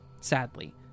sadly